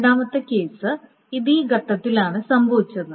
രണ്ടാമത്തെ കേസ് ഇത് ഈ ഘട്ടത്തിലാണ് സംഭവിച്ചത്